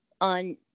on